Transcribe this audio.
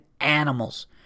animals